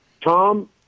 Tom